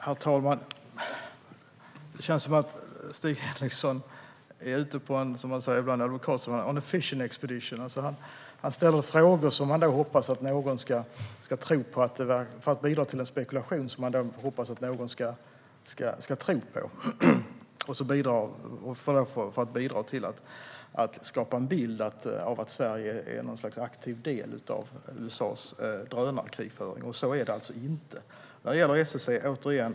Herr talman! Det känns som att Stig Henriksson är ute on a fishing expedition. Han ställer frågor som han hoppas att någon ska tro på. Han spekulerar och hoppas någon ska tro på det, och han bidrar därmed till att skapa en bild av att Sverige har något slags aktiv del i USA:s drönarkrigföring. Så är det alltså inte. Jag säger det återigen.